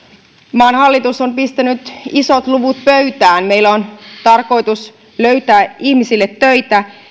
maan hallitus on pistänyt isot luvut pöytään meillä on tarkoitus löytää ihmisille töitä